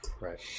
Right